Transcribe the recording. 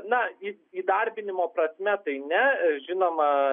na į įdarbinimo prasme tai ne žinoma